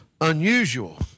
unusual